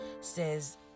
says